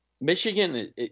Michigan